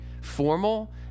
formal